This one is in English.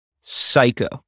psycho